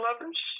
lovers